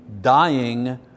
dying